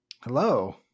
Hello